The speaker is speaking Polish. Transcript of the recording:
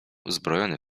uzbrojony